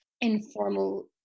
informal